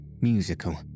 musical